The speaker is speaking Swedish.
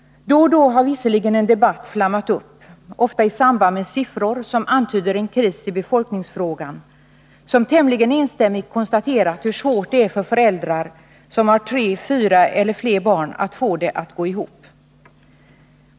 Då och då har visserligen en debatt flammat upp, ofta i samband med siffror som antytt en kris i befolkningsfrågan, som tämligen enstämmigt konstaterat hur svårt det är för föräldrar som har tre, fyra eller fler barn att få det att gå ihop.